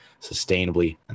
sustainably